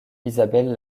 isabelle